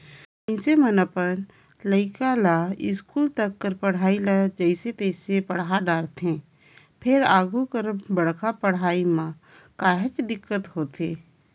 मइनसे मन अपन लइका ल इस्कूल तक कर पढ़ई ल जइसे तइसे पड़हा डारथे फेर आघु कर बड़का पड़हई म काहेच दिक्कत होथे